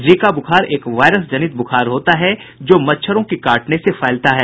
Zika ब्रखार एक virus जनित बुखार होता है जो मच्छरों के काटने से फैलता है